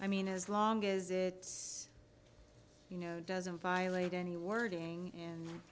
i mean as long as it you know doesn't violate any wording